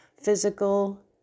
physical